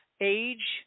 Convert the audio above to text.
age